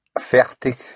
Fertig